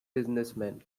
businessmen